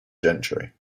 gentry